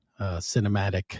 cinematic